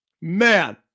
man